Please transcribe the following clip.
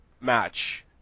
match